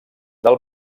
del